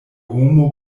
homo